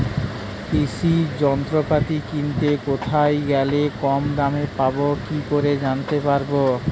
কৃষি যন্ত্রপাতি কিনতে কোথায় গেলে কম দামে পাব কি করে জানতে পারব?